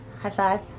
high-five